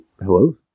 hello